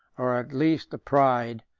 or at least the pride,